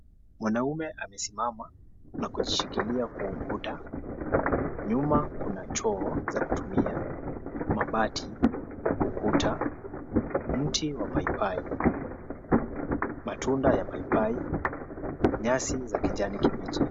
Mwanaume amesimama na kujikishikilia kwa ukuta, nyuma kuna choo za kutumia mabati, ukuta, mti wa paipai, matunda ya paipai, nyasi za kijani kibichi.